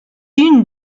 unes